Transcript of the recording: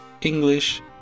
English